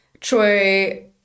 Troy